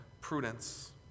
prudence